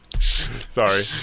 Sorry